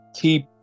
keep